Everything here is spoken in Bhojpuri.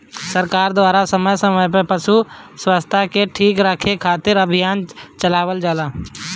सरकार द्वारा समय समय पर पशु स्वास्थ्य के ठीक रखे खातिर अभियान चलावल जाला